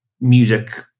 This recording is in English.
music